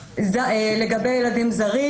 לגבי ילדים זרים